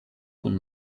kun